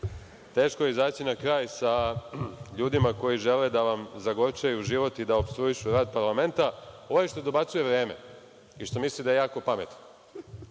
teško je izaći na kraj sa ljudima koji žele da vam zagorčaju život i da opstruišu rad parlamenta, ovaj što dobacuje vreme i što misli da je jako pametan